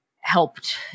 helped